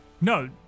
No